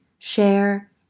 Share